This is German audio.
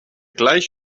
gleich